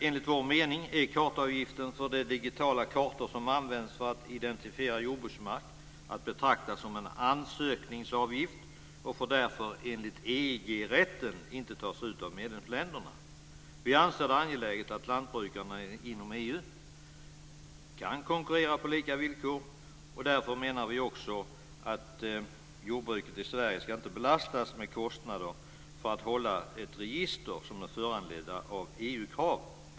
Enligt vår mening är kartavgiften för de digitala kartor som används för att identifiera jordbruksmark att betrakta som en ansökningsavgift. Den får därför enligt EG-rätten inte tas ut av medlemsländerna. Vi anser det vara angeläget att lantbrukarna inom EU kan konkurrera på lika villkor. Därför menar vi att jordbruket i Sverige inte ska belastas med kostnader för att hålla register som är föranledda av EU-krav.